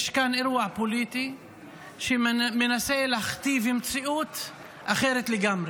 יש כאן אירוע פוליטי שמנסה להכתיב מציאות אחרת לגמרי.